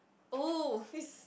oh his